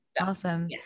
Awesome